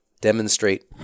demonstrate